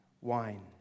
wine